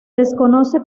desconoce